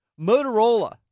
Motorola